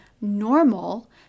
normal